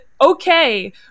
okay